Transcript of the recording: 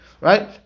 Right